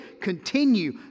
continue